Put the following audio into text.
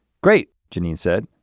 great, jeanine said,